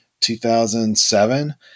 2007